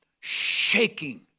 shaking